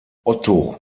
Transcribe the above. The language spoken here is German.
otto